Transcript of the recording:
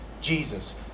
Jesus